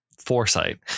foresight